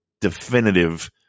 definitive